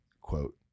quote